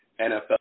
NFL